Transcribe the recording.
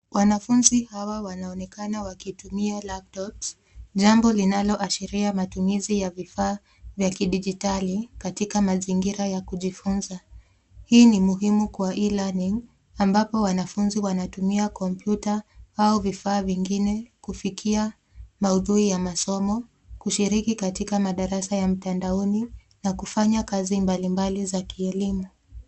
Wanafunzi hawa wanaonekana wakitumia [c.s]laptops, jambo linaloashiria matumizi ya Vifaa vya kidigitali katika mazingira ya kujifunza. Hii ni muhimu kwa [c.s]E-learning ambapo wanafunzi Wanatumia kompyuta au vifaa vingine kufikia maudhui ya kimasomo, kushiriki katika madarasa ya mtandaoni na kufanya kazi mbalimbali za kielimu.